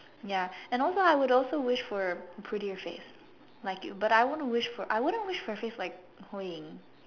ya and also I would also wish for a prettier face like you but I wouldn't wish for I wouldn't wish for a face like Hui-Ying